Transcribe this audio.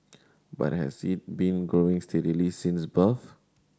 but has it been growing steadily since birth